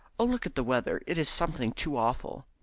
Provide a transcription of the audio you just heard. oh, look at the weather it is something too awful.